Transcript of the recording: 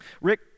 Rick